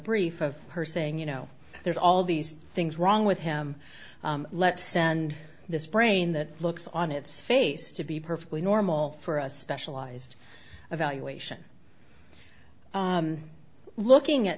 brief of her saying you know there's all these things wrong with him let's send this brain that looks on its face to be perfectly normal for a specialized evaluation looking at